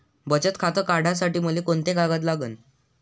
बचत खातं काढासाठी मले कोंते कागद लागन?